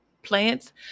Plants